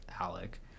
Alec